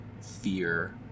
fear